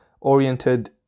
oriented